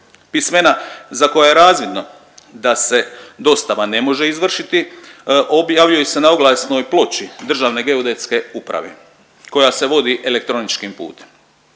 Pismena za koja je razvidno da se dostava ne može izvršiti objavljuju se na oglasnoj ploči Državne geodetske uprave koja se vodi elektroničkim putem.